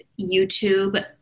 YouTube